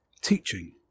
Teaching